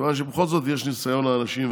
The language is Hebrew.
כיוון שבכל זאת יש ניסיון לאנשים,